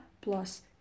plus